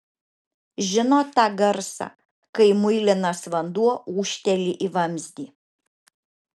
žinot tą garsą kai muilinas vanduo ūžteli į vamzdį